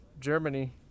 Germany